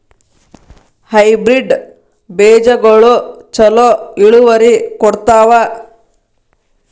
Hybrid ಬೇಜಗೊಳು ಛಲೋ ಇಳುವರಿ ಕೊಡ್ತಾವ?